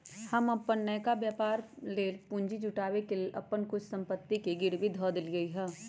हम अप्पन नयका व्यापर लेल पूंजी जुटाबे के लेल अप्पन कुछ संपत्ति के गिरवी ध देलियइ ह